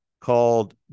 called